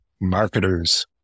marketers